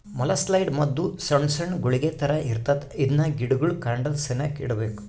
molluscicide ಮದ್ದು ಸೊಣ್ ಸೊಣ್ ಗುಳಿಗೆ ತರ ಇರ್ತತೆ ಇದ್ನ ಗಿಡುಗುಳ್ ಕಾಂಡದ ಸೆನೇಕ ಇಡ್ಬಕು